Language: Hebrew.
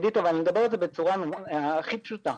עידית אבל אני מדבר את בצורה הכי פשוטה.